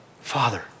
Father